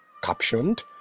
captioned